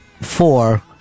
four